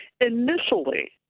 Initially